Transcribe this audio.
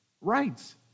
rights